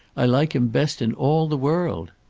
i like him best in all the world.